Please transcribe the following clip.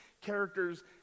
characters